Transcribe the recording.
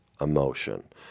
emotion